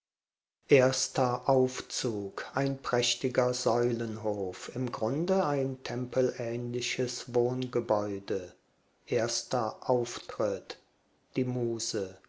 erster aufzug ein prächtiger säulenhof im grunde ein tempelähnliches wohngebäude erster auftritt die muse